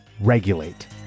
regulate